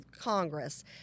congress